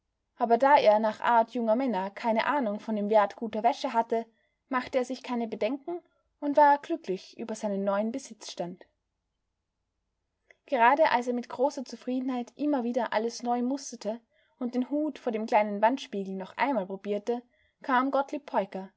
aber da er nach art junger männer keine ahnung von dem wert guter wäsche hatte machte er sich keine bedenken und war glücklich über seinen neuen besitzstand gerade als er mit großer zufriedenheit immer wieder alles neu musterte und den hut vor dem kleinen wandspiegel noch einmal probierte kam gottlieb peuker